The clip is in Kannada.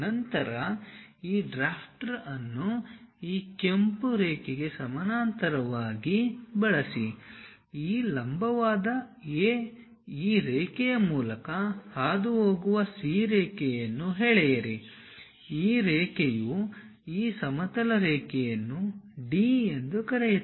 ನಂತರ ಈ ಡ್ರಾಫ್ಟರ್ ಅನ್ನು ಈ ಕೆಂಪು ರೇಖೆಗೆ ಸಮಾನಾಂತರವಾಗಿ ಬಳಸಿ ಈ ಲಂಬವಾದ A ಈ ರೇಖೆಯ ಮೂಲಕ ಹಾದುಹೋಗುವ C ರೇಖೆಯನ್ನು ಎಳೆಯಿರಿ ಈ ರೇಖೆಯು ಈ ಸಮತಲ ರೇಖೆಯನ್ನು ಡಿ ಎಂದು ಕರೆಯುತ್ತದೆ